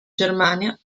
germania